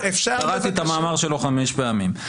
קראתי את המאמר שלו חמש פעמים.